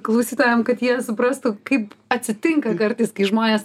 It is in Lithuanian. klausytojam kad jie suprastų kaip atsitinka kartais kai žmonės